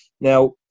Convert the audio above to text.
now